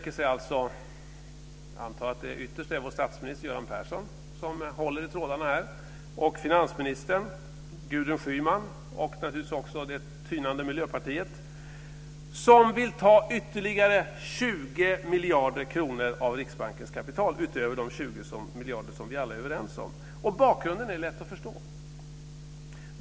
Jag antar att det ytterst är vår statsminister Göran Persson som håller i trådarna när nu finansministern, Gudrun Schyman och det tynande Miljöpartiet vill ta ytterligare 20 miljarder kronor av Riksbankens kapital, utöver de 20 miljarder som vi alla är överens om. Bakgrunden är lätt att förstå.